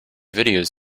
videos